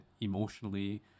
emotionally